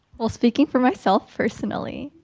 well, speaking for myself, personally,